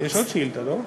יש עוד שאילתה, לא?